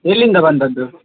ಎಲ್ಲಿಂದ ಬಂದಿದ್ದು